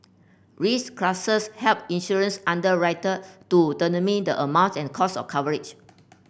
risk classes help insurance underwriter to the amount and cost of coverage